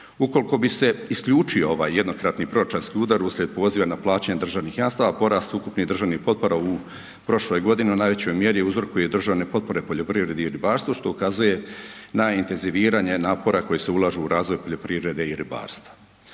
Ukoliko bi se isključio ovaj jednokratni proračunski udar uslijed poziva na plaćanje državnih jamstava porast ukupnih državnih potpora u prošloj godini u najvećoj mjeri uzrokuje državne potpore poljoprivredi i ribarstvu što ukazuje najintenziviranje napora koji se ulažu u razvoj poljoprivrede i ribarstva.